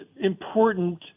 important